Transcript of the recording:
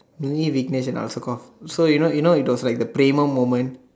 me Rignish and Alsagoff so you know you know it was like the premiere moment